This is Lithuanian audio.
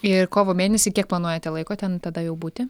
ir kovo mėnesį kiek planuojate laiko ten tada jau būti